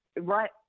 right